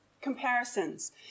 comparisons